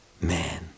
man